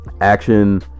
action